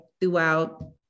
throughout